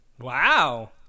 Wow